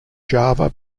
java